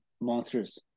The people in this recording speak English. monsters